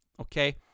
Okay